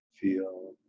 feel